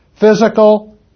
physical